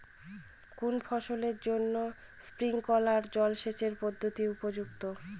কোন ফসলের জন্য স্প্রিংকলার জলসেচ পদ্ধতি উপযুক্ত?